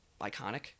Iconic